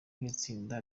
nk’itsinda